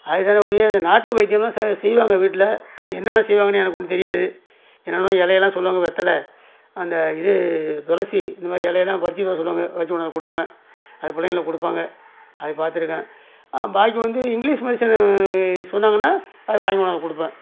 அது தானே ஒழிய இது நாட்டு வைத்தியமெலாம் ச செய்வாங்க வீட்டில் அது என்னான்னா செய்வாங்கன்னு எனக்கு ஒன்னும் தெரியாது என்னென்னமோ இலையெல்லா சொல்லுவாங்க வெத்தலை அந்த இது துளசி இந்தமாதிரி இலையெல்லா பறிச்சுட்டு வர சொல்லுவாங்க பறிச்சு கொண்டாந்து கொடுப்பேன் அது பிள்ளைங்களுக்கு கொடுப்பாங்க அது பார்த்துருக்கேன் பாக்கி வந்து இங்கிலீஷ் மெடிசன்னு சொன்னாங்கன்னால் அதை வாங்கி கொண்டாந்து கொடுப்பேன்